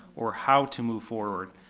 or how to move forward.